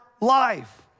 life